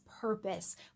purpose